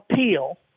appeal